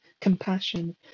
compassion